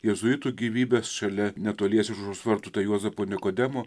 jėzuitų gyvybes šalia netoliese žus vartota juozapo nikodemo